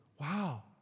wow